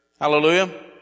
Hallelujah